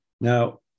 Now